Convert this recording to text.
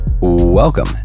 welcome